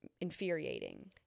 infuriating